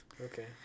Okay